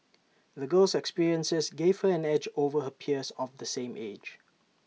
the girl's experiences gave her an edge over her peers of the same age